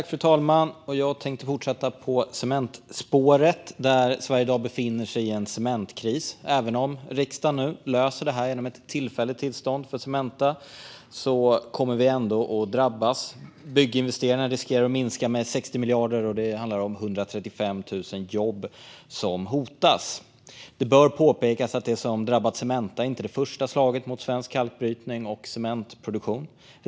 Fru talman! Jag tänkte fortsätta på cementspåret. Sverige befinner sig i dag i en cementkris. Även om riksdagen nu löser detta genom ett tillfälligt tillstånd för Cementa kommer vi att drabbas. Bygginvesteringar riskerar att minska med 60 miljarder, och det handlar om 135 000 jobb som hotas. Det bör påpekas att det som drabbat Cementa inte är det första slaget mot svensk kalkbrytning och cementproduktion.